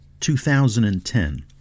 2010